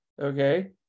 okay